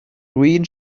green